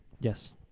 Yes